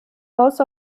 most